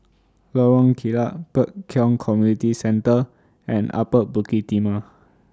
Lorong Kilat Pek Kio Community Centre and Upper Bukit Timah